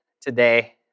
today